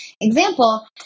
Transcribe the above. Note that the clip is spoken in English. Example